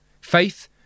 Faith